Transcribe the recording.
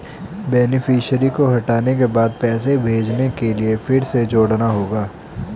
beneficiary को हटाने के बाद पैसे भेजने के लिए फिर से जोड़ना होगा